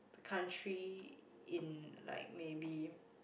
country in like maybe